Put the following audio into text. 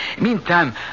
Meantime